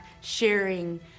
sharing